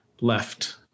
left